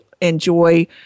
enjoy